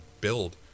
build